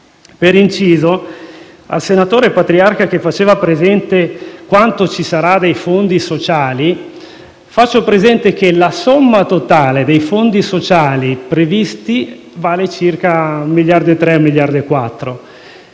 Per inciso, al senatore Patriarca che chiedeva delle cifre sui fondi sociali, faccio presente che la somma totale dei fondi sociali previsti vale circa 1,3-1,4 miliardi